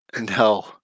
No